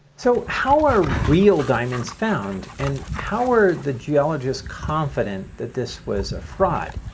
so how are real diamonds found? and how were the geologist's confident that this was a fraud?